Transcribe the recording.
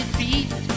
feet